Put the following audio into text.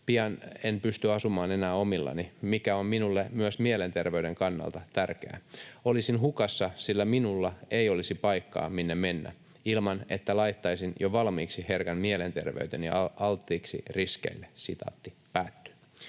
pian en pysty asumaan enää omillani, mikä on minulle myös mielenterveyden kannalta tärkeää. Olisin hukassa, sillä minulla ei olisi paikkaa, minne mennä, ilman että laittaisin jo valmiiksi herkän mielenterveyteni alttiiksi riskeille.” ”Asumistuen